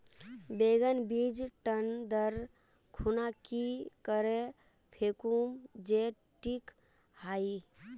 बैगन बीज टन दर खुना की करे फेकुम जे टिक हाई?